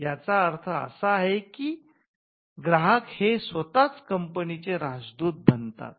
याचा अर्थ असा आहे की ग्राहक हे स्वतः कंपनीचे राजदूत बनतात